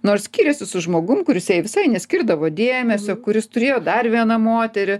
nors skiriasi su žmogum kuris jai visai neskirdavo dėmesio kuris turėjo dar vieną moterį